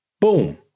Boom